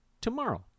tomorrow